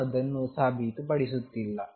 ನಾನು ಅದನ್ನು ಸಾಬೀತುಪಡಿಸುತ್ತಿಲ್ಲ